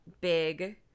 big